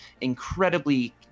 incredibly